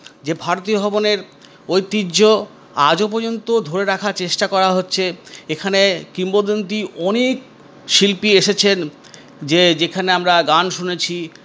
যে ভারতীয় ভবনের ঐতিহ্য আজও পর্যন্ত ধরে রাখার চেষ্টা করা হচ্ছে এখানে কিংবদন্তী অনেক শিল্পী এসেছেন যে যেখানে আমরা গান শুনেছি